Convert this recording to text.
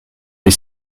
les